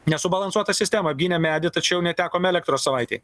nesubalansuotą sistemą apgynėm medį tačiau netekom elektros savaitei